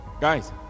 Guys